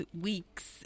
weeks